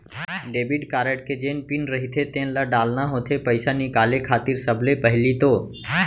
debit card के जेन PIN रहिथे तेन ल डालना होथे पइसा निकाले खातिर सबले पहिली तो